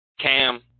Cam